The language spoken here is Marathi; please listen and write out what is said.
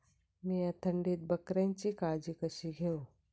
मीया थंडीत बकऱ्यांची काळजी कशी घेव?